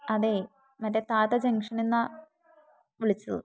അതേ മറ്റേ താഴത്തെ ജംഗ്ഷനിൽ നിന്നാണ് വിളിച്ചത്